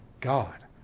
God